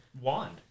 wand